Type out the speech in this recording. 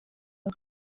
babo